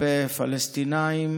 כלפי פלסטינים